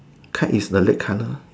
kite is the red colour